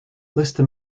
lister